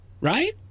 Right